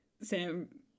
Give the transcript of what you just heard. Sam